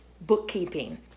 bookkeeping